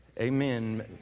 Amen